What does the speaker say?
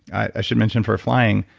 i should mention for flying,